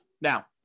Now